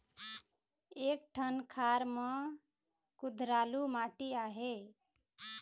एक ठन खार म कुधरालू माटी आहे?